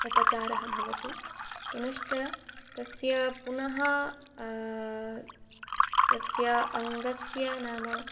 उपचारः भवति पुनश्च तस्य पुनः तस्य अङ्गस्य नाम